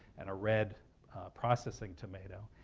and a red processing tomato,